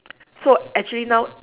so actually now